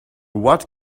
what